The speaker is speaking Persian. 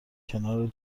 کنار